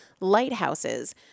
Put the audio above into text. Lighthouses